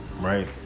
right